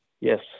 Yes